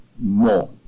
more